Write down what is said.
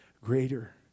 greater